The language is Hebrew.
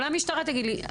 אולי המשטרה תגיד לי,